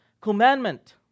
commandment